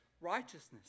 righteousness